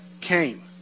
came